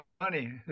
money